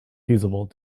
feasible